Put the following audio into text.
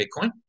Bitcoin